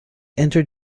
entered